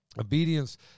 Obedience